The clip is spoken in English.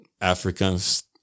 Africans